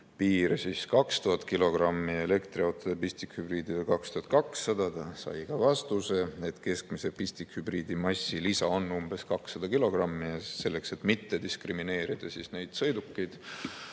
massipiir 2000 kilogrammi, aga elektriautodel ja pistikhübriididel 2200. Ta sai ka vastuse, et keskmise pistikhübriidi massilisa on umbes 200 kilogrammi ja selleks, et mitte diskrimineerida neid sõidukeid,